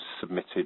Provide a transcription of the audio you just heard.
submitted